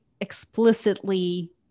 explicitly